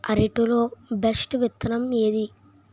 అరటి లో బెస్టు విత్తనం ఏది?